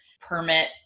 permit